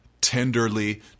tenderly